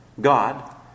God